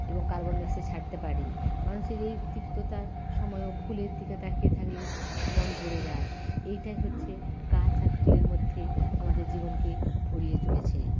এবং carbon dioxide ছাড়তে পারি মানুষের এই তিক্ততার সময়ও ফুলের দিকে তাকিয়ে থাকলে মন ভরে যায় এইটাই হচ্ছে গাছ আর ফুলের মধ্যে আমাদের জীবনকে ভরিয়ে তুলেছে